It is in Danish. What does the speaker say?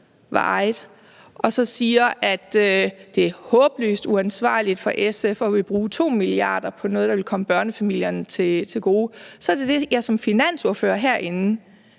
og så siger, at det er håbløst uansvarligt af SF at ville bruge 2 mia. kr. på noget, der vil komme børnefamilierne til gode, så er det det, jeg som finansordfører herinde